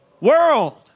world